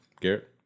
garrett